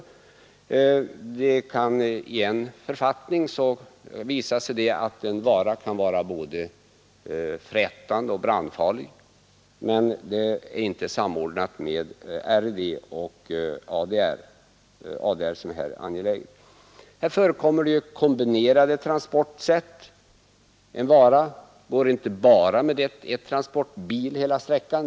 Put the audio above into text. En vara kan i olika författningar bedömas som både frätande och brandfarlig, men detta är inte samordnat med RID och ADR. Det förekommer kombinerade transportsätt. En vara går inte bara med ett enda transportmedel hela sträckan.